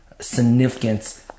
significance